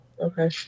okay